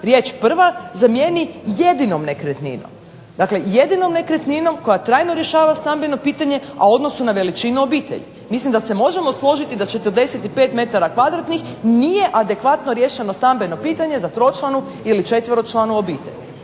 riječ prva zamijeni "jedinom" nekretninom, dakle jedinom nekretninom koja trajno rješava stambeno pitanje, a u odnosu na veličinu obitelji. Mislim da se možemo složiti da 45 metara kvadratnih nije adekvatno riješeno stambeno pitanje za tročlanu ili četveročlanu obitelj